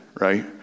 right